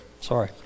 Sorry